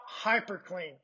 HyperClean